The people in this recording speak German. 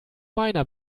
meiner